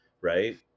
right